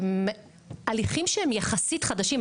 הליכים שהם יחסית חדשים,